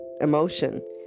emotion